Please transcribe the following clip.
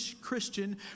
Christian